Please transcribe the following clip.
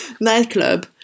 nightclub